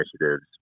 initiatives